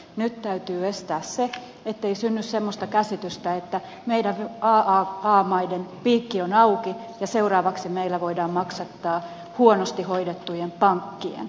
nyt täytyy estää se ettei synny semmoista käsitystä että meidän aaa maiden piikki on auki ja seuraavaksi meillä voidaan maksattaa huonosti hoidettujen pankkien asioita